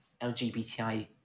LGBTI